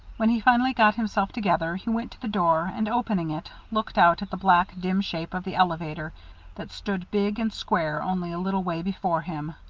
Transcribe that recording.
when he finally got himself together, he went to the door, and opening it, looked out at the black, dim shape of the elevator that stood big and square, only a little way before him,